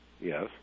Yes